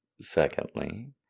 secondly